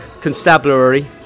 Constabulary